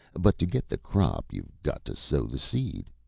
but to get the crop you've got to sow the seed.